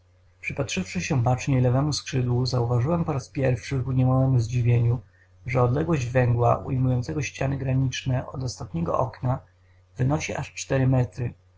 przypatrzywszy się baczniej lewemu skrzydłu zauważyłem po raz pierwszy ku niemałemu zdziwieniu że odległość węgła ujmującego ściany graniczne od ostatniego okna wynosi aż cztery metry